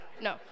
No